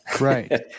right